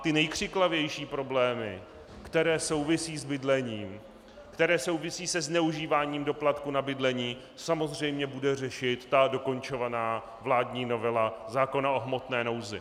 Ty nejkřiklavější problémy, které souvisejí s bydlením, které souvisí se zneužíváním doplatků na bydlení, samozřejmě bude řešit dokončovaná vládní novela zákona o hmotné nouzi.